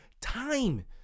time